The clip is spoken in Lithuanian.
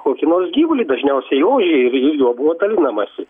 kokį nors gyvulį dažniausiai ožį ir juo buvo dalinamasi